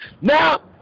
Now